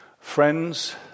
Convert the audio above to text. friends